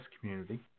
community